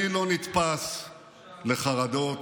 אני לא נתפס לחרדות,